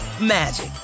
magic